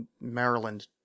Maryland